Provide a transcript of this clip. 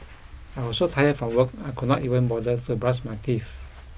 I was so tired from work I could not even bother to brush my teeth